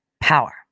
power